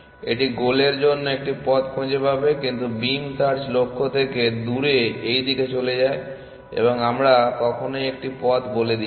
এটি গোলের জন্য একটি পথ খুঁজে পাবে কিন্তু বিম সার্চ লক্ষ্য থেকে দূরে এই দিকে চলে যায় এবং আমরা তোমাকে কখনই একটি পথ বলে দেই না